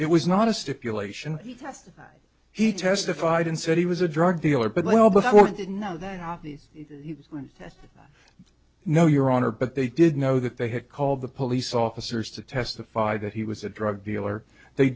it was not a stipulation that he testified and said he was a drug dealer but well before i didn't know that that no your honor but they did know that they had called the police officers to testify that he was a drug dealer they